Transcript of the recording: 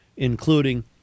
including